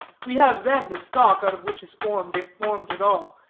we have then the stock out of which is formed, if formed at all,